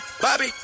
Bobby